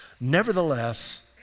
Nevertheless